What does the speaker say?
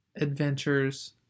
adventures